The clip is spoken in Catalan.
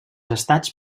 estats